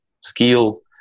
skill